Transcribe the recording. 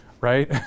right